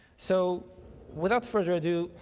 so without further ado,